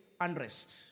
unrest